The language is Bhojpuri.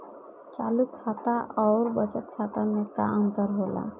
चालू खाता अउर बचत खाता मे का अंतर होला?